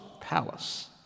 palace